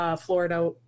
Florida